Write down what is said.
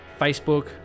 Facebook